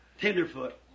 Tenderfoot